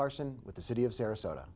larson with the city of sarasota